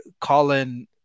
Colin